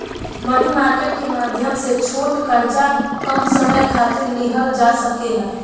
मनी market के माध्यम से छोट कर्जा कम समय खातिर लिहल जा सकेला